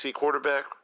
quarterback